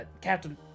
Captain